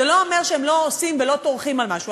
זה לא אומר שהם לא עושים ולא טורחים על משהו,